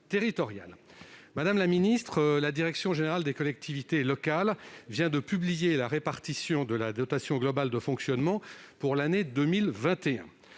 Madame la ministre, la direction générale des collectivités locales vient de publier la répartition de la dotation globale de fonctionnement, la DGF, pour l'année 2021.